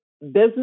business